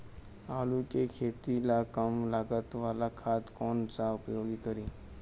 आलू के खेती ला कम लागत वाला खाद कौन सा उपयोग करी?